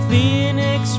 Phoenix